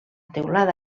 teulada